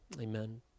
amen